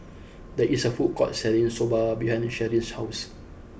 there is a food court selling Soba behind Sharyn's house